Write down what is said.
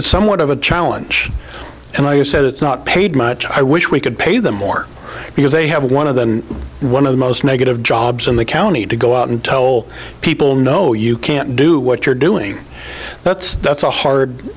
somewhat of a challenge and i have said it's not paid much i wish we could pay them more because they have one of the one of the most negative jobs in the county to go out and tell people no you can't do what you're doing that's that's a hard